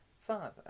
father